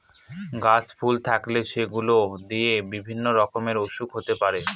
গাছে ফুল থাকলে সেগুলো দিয়ে বিভিন্ন রকমের ওসুখ হতে পারে